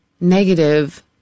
Negative